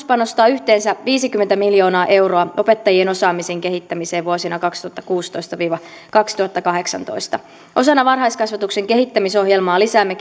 panostaa yhteensä viisikymmentä miljoonaa euroa opettajien osaamisen kehittämiseen vuosina kaksituhattakuusitoista viiva kaksituhattakahdeksantoista osana varhaiskasvatuksen kehittämisohjelmaa lisäämme